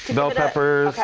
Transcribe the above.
bell peppers,